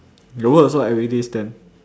your work also like everyday stand